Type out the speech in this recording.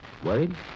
worried